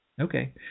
Okay